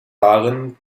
darin